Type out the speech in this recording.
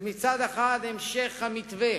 של מצד אחד המשך המתווה